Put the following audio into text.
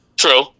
True